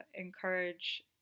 encourage